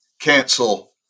cancel